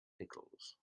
pickles